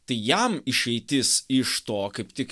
tai jam išeitis iš to kaip tik